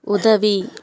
உதவி